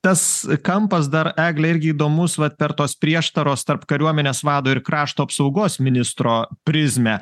tas kampas dar egle irgi įdomus vat per tos prieštaros tarp kariuomenės vado ir krašto apsaugos ministro prizmę